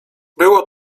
było